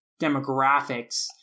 demographics